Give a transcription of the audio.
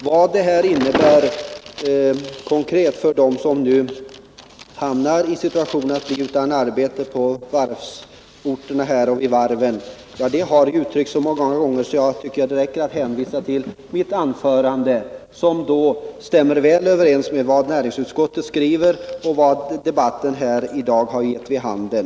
Vad det här innebär konkret för dem som hamnar i situationen att bli utan arbete på varvsorterna har uttryckts så många gånger att jag tycker att det räcker att hänvisa till mitt huvudanförande, som stämmer väl överens med vad näringsutskottet skriver och vad andra inlägg i dagens debatt har gett vid handen.